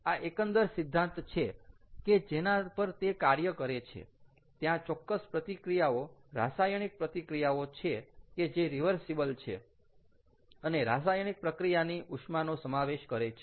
આ એકંદર સિદ્ધાંત કે જેના પર તે કાર્ય કરે છે ત્યાં ચોક્કસ પ્રતિક્રિયાઓ રાસાયણિક પ્રતિક્રિયાઓ છે કે જે રીવર્સીબલ છે અને રાસાયણિક પ્રક્રિયાની ઉષ્માનો સમાવેશ કરે છે